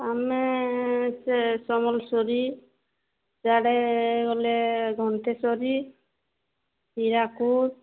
ଆମେ ସେ ସମ୍ବଲେଶ୍ଵରୀ ଇଆଡ଼େ ଗଲେ ଘଣ୍ଟେଶ୍ଵରୀ ହୀରାକୁଦ